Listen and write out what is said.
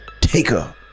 taker